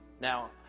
Now